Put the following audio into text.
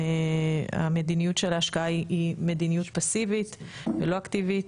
המדיניות של ההשקעה היא מדיניות פאסיבית ולא אקטיבית,